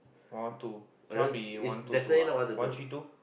one one two cannot be one two two ah one three two